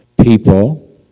people